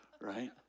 Right